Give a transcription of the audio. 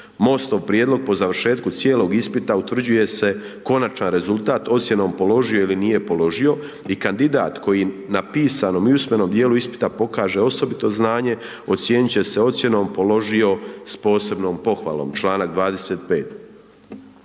MOST-ov prijedlog po završetku cijelog ispita utvrđuje se konačan rezultat ocjenom položio ili nije položio, i kandidat koji na pisanom i usmenom djelu ispita pokaže osobito znanje, ocijenit će se ocjenom s posebnom pohvalom, članak 25.